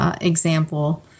Example